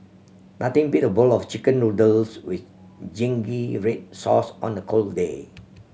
nothing beat a bowl of Chicken Noodles with zingy red sauce on a cold day